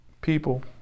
People